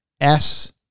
S-